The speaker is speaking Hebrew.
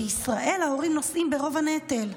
בישראל ההורים נושאים ברוב הנטל.